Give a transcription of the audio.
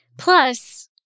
Plus